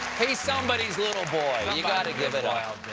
he's somebody's little boy. you gotta give it